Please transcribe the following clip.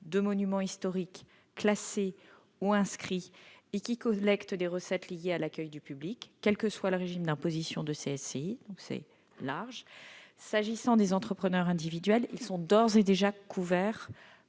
de monuments historiques classés ou inscrits et qui collectent des recettes liées à l'accueil du public, quel que soit le régime d'imposition de la SCI- le champ d'application est donc large. S'agissant des entrepreneurs individuels, ils sont d'ores et déjà couverts